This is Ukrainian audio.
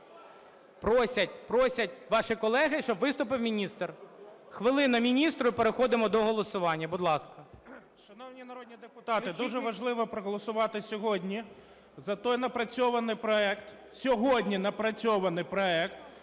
Просять, просять ваші колеги, щоб виступив міністр. Хвилина – міністру. І переходимо до голосування. Будь ласка. 14:17:04 ОРЖЕЛЬ О.А. Шановні народні депутати! Дуже важливо проголосувати сьогодні за той напрацьований проект, сьогодні напрацьований проект,